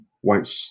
white